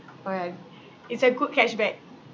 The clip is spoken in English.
orh ya is a good cash back